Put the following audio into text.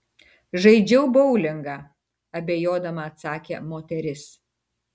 žaidžiau boulingą abejodama atsakė moteris